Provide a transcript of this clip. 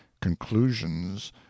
conclusions